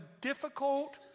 difficult